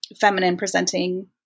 feminine-presenting